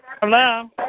Hello